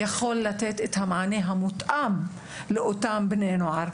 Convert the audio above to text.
יכול לתת את המענה מותאם לאותם בני נוער?